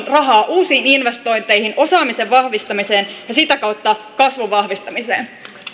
rahaa uusiin investointeihin osaamisen vahvistamiseen ja sitä kautta kasvun vahvistamiseen